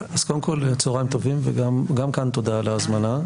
צוהריים טובים וגם כאן תודה על ההזמנה,